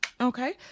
okay